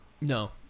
No